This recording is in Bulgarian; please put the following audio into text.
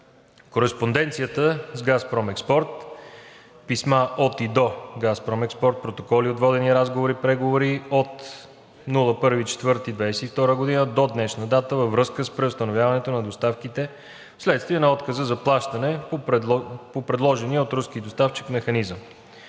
кореспонденцията с ООО „Газпром Експорт“ – писма от и до ООО „Газпром Експорт“, протоколите от водени разговори и преговори от 1 април 2022 г. до днешна дата във връзка с преустановяването на доставките вследствие на отказа за плащане по предложения от руски доставчик механизъм;